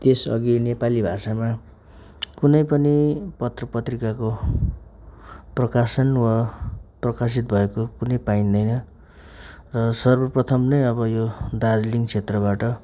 त्यसअघि नेपाली भाषामा कुनै पनि पत्र पत्रिकाको प्रकाशन वा प्रकाशित भएको कुनै पाइँदैन र सर्वप्रथम नै अब यो दार्जिलिङ क्षेत्रबाट